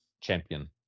champion